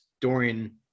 Dorian